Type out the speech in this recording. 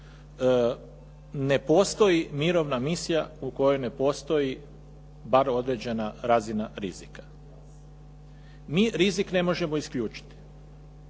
ne postoji mirovna misija u kojoj ne postoji bar određena razina rizika. Mi rizik ne možemo isključiti